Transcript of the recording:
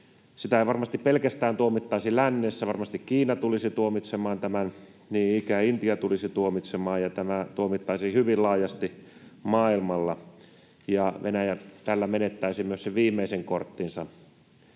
sitä ei tuomittaisi pelkästään lännessä, vaan varmasti Kiina tulisi tuomitsemaan tämän, niin ikään Intia tulisi tuomitsemaan, ja tämä tuomittaisiin hyvin laajasti maailmalla, ja Venäjä tällä menettäisi myös sen viimeisen korttinsa.